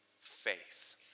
faith